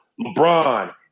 LeBron